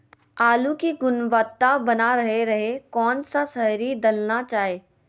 आलू की गुनबता बना रहे रहे कौन सा शहरी दलना चाये?